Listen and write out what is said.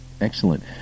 excellent